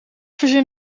verzin